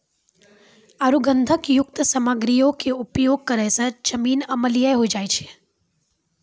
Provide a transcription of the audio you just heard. आरु गंधकयुक्त सामग्रीयो के उपयोग करै से जमीन अम्लीय होय जाय छै